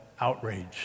outrage